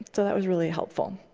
so that was really helpful.